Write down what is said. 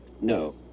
No